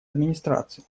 администрации